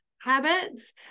habits